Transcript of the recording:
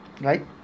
Right